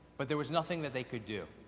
but there was nothing that they could do.